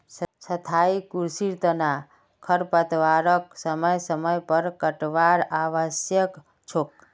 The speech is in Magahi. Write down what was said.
स्थाई कृषिर तना खरपतवारक समय समय पर काटवार आवश्यक छोक